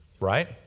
Right